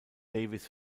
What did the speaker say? davis